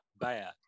bad